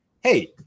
hey